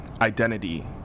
identity